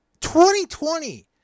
2020